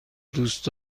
دوست